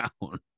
down